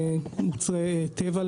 מוצרי טבע,